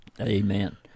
Amen